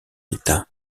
état